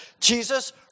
Jesus